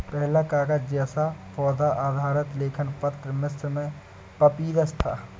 पहला कागज़ जैसा पौधा आधारित लेखन पत्र मिस्र में पपीरस था